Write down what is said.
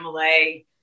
Malay